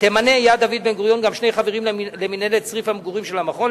תמנה "יד דוד בן-גוריון" גם שני חברים למינהלת צריף המגורים של המכון.